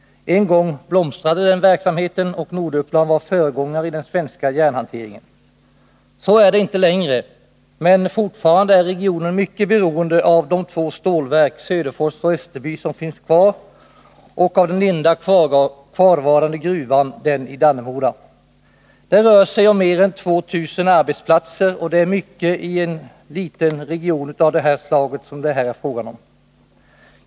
En gång blomstrade den verksamheten, och Norduppland var föregångare i den svenska järnhanteringen. Så är det inte längre, men fortfarande är regionen mycket beroende av de två stålverk, Söderfors och Österby, som finns kvar och av den enda kvarvarande gruvan i Dannemora. Det rör sig om mer än 2 000 arbetsplatser, och det är mycket i en region av det slag som det här är fråga om.